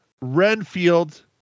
Renfield